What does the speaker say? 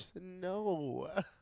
No